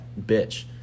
bitch